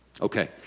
Okay